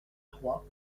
trois